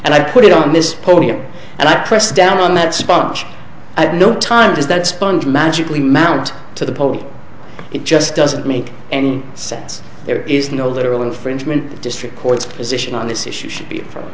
and i put it on this podium and i press down on that spot at no time does that sponge magically mount to the pole it just doesn't make any sense there is no literal infringement district courts position on this issue should be from